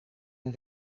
een